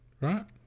right